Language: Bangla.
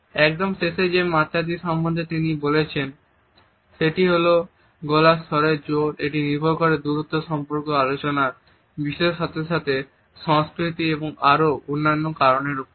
একদম শেষে যে মাত্রাটি সম্বন্ধে তিনি বলেছেন সেটি হল গলার স্বরের জোর এটি নির্ভর করে দূরত্ব সম্পর্ক আলোচনার বিষয়ের সাথে সাথে সংস্কৃতি এবং আরো অন্যান্য কারণের উপর